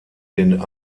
den